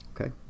okay